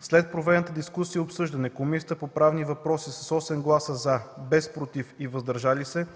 След проведената дискусия и обсъждане, Комисията по правни въпроси с 8 гласа „за”, без „против” и „въздържали се”,